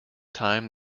time